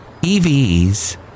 EVs